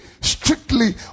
strictly